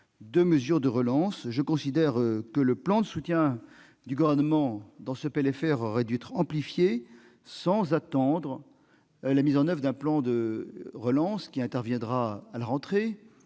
les mesures de relance. Je considère que le plan de soutien du Gouvernement dans ce PLFR aurait dû être amplifié sans attendre la mise en oeuvre d'un plan de relance à la rentrée-